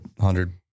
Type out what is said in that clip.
hundred